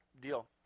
deal